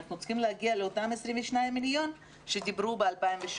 אנחנו צריכים להגיע לאותם 22,000,000 שדיברו ב-2017.